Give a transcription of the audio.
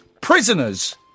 Prisoners